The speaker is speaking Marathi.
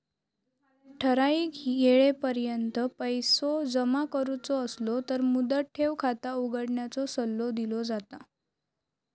ठराइक येळेपर्यंत पैसो जमा करुचो असलो तर मुदत ठेव खाता उघडण्याचो सल्लो दिलो जाता